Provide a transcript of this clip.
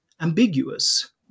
ambiguous